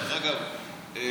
דרך אגב,